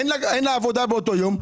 אין לה עבודה באותו יום.